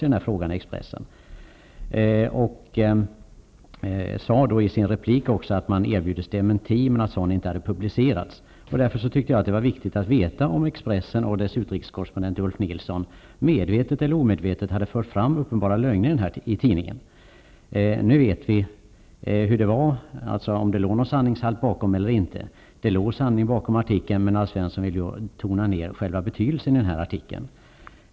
I sin replik sade Alf Svensson vidare att man hade erbjudits att göra en dementi, men att en sådan inte hade publicerats. Det är därför viktigt att få veta om Expressen och dess utrikeskorrespondent Ulf Nilsson medvetet eller omedvetet har fört fram uppenbara lögner i tidningen. Vi vet i dag att det låg sanning bakom artikeln, men Alf Svensson vill nu tona ned betydelsen av den.